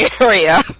area